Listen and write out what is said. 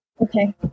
Okay